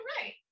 right